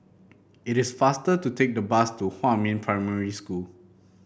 it is faster to take the bus to Huamin Primary School